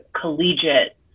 collegiate